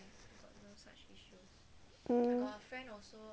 mm